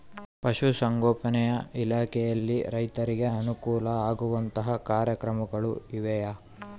ಪಶುಸಂಗೋಪನಾ ಇಲಾಖೆಯಲ್ಲಿ ರೈತರಿಗೆ ಅನುಕೂಲ ಆಗುವಂತಹ ಕಾರ್ಯಕ್ರಮಗಳು ಇವೆಯಾ?